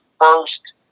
first